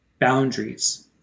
boundaries